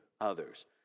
others